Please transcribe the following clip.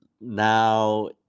now